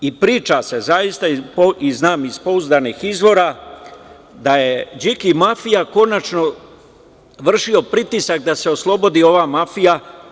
Priča se, zaista znam iz pouzdanih izvora, da je Điki mafija konačno vršio pritisak da se oslobodi ova mafija.